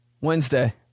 Wednesday